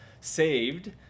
saved